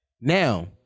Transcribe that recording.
Now